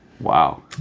wow